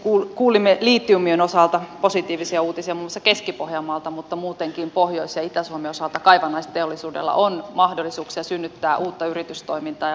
viimeksi kuulimme litiumin osalta positiivisia uutisia muun muassa keski pohjanmaalta mutta muutenkin pohjois ja itä suomen osalta kaivannaisteollisuudella on mahdollisuuksia synnyttää uutta yritystoimintaa ja uusia työpaikkoja